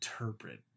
interpret